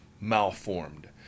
malformed